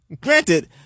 granted